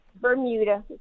Bermuda